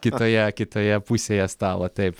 kitoje kitoje pusėje stalo taip